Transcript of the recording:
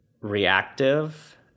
reactive